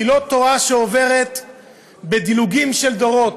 היא לא תורה שעוברת בדילוגים של דורות,